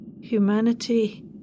humanity